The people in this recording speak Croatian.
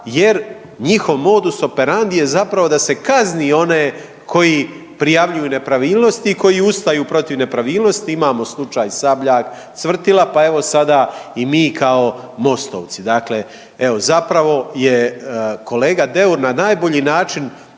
jer njihov modus operandi je zapravo da se kazni one koji prijavljuju nepravilnosti i koji ustaju protiv nepravilnosti. Imamo slučaj Sabljak, Cvrtila, pa evo sada i mi kao Mostovci, dakle evo zapravo je kolega Deur na najbolji način